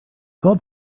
called